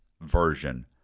version